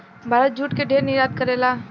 Bharat jute के ढेर निर्यात करेला